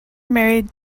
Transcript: married